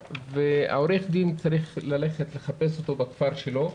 עורך הדין צריך לחפש אותו בכפר שלו,